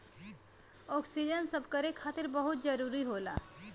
oxygen सभकरे खातिर बहुते जरूरी होला